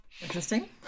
Interesting